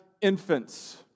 infants